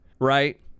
right